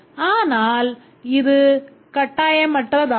ஆனால் இது கட்டாயமற்றதாகும்